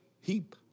heap